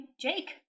Jake